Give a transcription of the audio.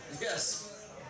Yes